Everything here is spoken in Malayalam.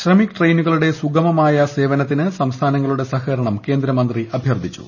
ശ്രമിക് ട്രെയിനുകളുടെ സുഗമമായ സേവനത്തിന് സംസ്ഥാനങ്ങളുടെ സഹകരണം കേന്ദ്രമന്ത്രി അഭ്യർത്ഥിച്ചു